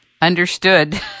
Understood